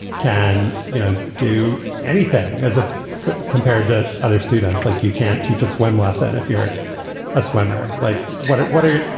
can you know do anything as a compared to other students like you can't teach us when less than and if you're a swimmer. like what. what are you.